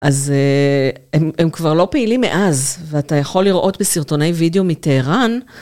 אז הם כבר לא פעילים מאז, ואתה יכול לראות בסרטוני וידאו מטהרן.